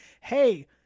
hey